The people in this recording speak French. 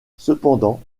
cependant